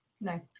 no